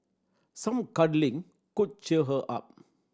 some cuddling could cheer her up